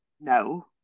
No